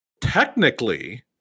technically